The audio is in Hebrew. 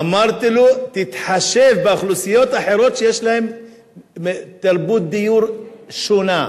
אמרתי לו: תתחשב באוכלוסיות אחרות שיש להן תרבות דיור שונה.